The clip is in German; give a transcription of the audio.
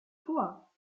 vor